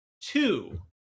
two